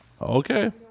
Okay